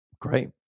Great